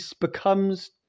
becomes